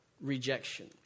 rejection